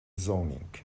zoning